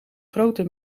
grote